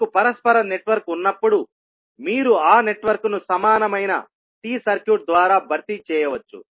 మీకు పరస్పర నెట్వర్క్ ఉన్నప్పుడు మీరు ఆ నెట్వర్క్ను సమానమైన T సర్క్యూట్ ద్వారా భర్తీ చేయవచ్చు